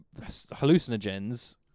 hallucinogens